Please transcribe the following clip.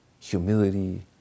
humility